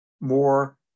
more